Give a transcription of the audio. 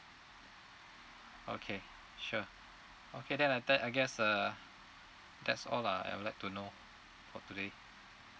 okay sure okay then I thought I guess uh that's all lah I would like to know for today